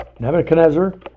Nebuchadnezzar